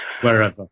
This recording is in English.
wherever